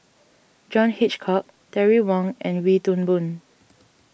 John Hitchcock Terry Wong and Wee Toon Boon